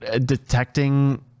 detecting